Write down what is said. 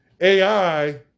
AI